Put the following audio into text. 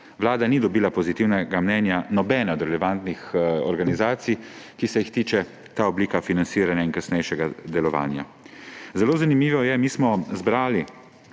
Vlada ni dobila pozitivnega mnenja nobene od relevantnih organizacij, ki se jih tiče ta oblika financiranja in kasnejšega delovanja. Zelo zanimivo je, mi smo zbrali